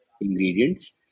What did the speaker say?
ingredients